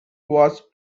was